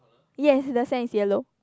yes the sand is yellow